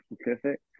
specific